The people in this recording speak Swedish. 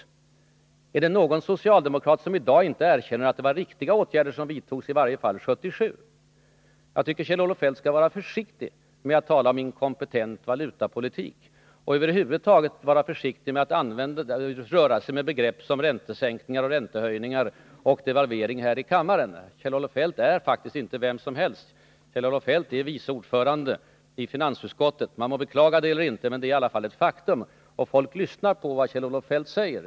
Men finns det någon socialdemokrat som i dag inte erkänner att det var riktiga åtgärder som vidtogs, i varje fall år 1977? Jag tycker att Kjell-Olof Feldt skall vara försiktig med att tala om inkompetent valutapolitik. Över huvud taget bör han vara försiktig med att röra sig med begrepp som räntesänkningar och räntehöjningar samt devalveringar, när han tar till orda här i kammaren. Kjell-Olof Feldt är faktiskt inte vem som helst. Han är vice ordförande i finansutskottet. Man må beklaga det eller inte, men det är i varje fall ett faktum. Och folk lyssnar på vad Kjell-Olof Feldt säger.